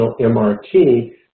MRT